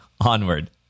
onward